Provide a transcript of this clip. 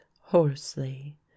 hoarsely